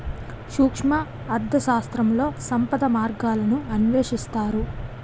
సూక్ష్మ అర్థశాస్త్రంలో సంపద మార్గాలను అన్వేషిస్తారు